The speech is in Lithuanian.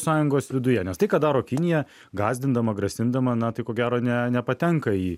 sąjungos viduje nes tai ką daro kinija gąsdindama grasindama na tai ko gero ne nepatenka į